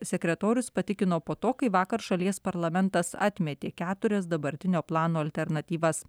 sekretorius patikino po to kai vakar šalies parlamentas atmetė keturias dabartinio plano alternatyvas